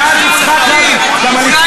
מאז יצחק רבין?